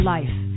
Life